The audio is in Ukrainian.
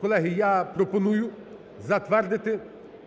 колеги, я пропоную затвердити